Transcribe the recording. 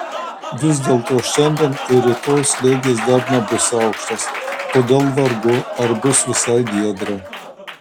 vis dėlto šiandien ir rytoj slėgis dar nebus aukštas todėl vargu ar bus visai giedra